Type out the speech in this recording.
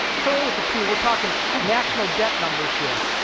trillion with a t. we're talking national debt numbers here.